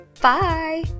Bye